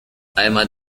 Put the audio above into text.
además